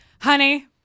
honey